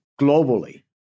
globally